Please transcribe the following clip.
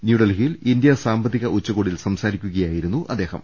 ന്യൂഡൽഹിയിൽ ഇന്ത്യാ സാമ്പത്തിക ഉച്ചകോടിയിൽ സംസാരിക്കുകയായിരുന്നു അദ്ദേഹം